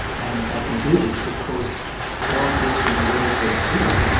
and that they can do this because god gives them the wherewithal to do it.